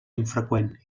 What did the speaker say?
infreqüent